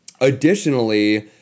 Additionally